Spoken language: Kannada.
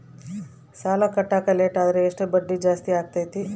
ಸಾಲ ಕಟ್ಟಾಕ ಲೇಟಾದರೆ ಎಷ್ಟು ಬಡ್ಡಿ ಜಾಸ್ತಿ ಆಗ್ತೈತಿ?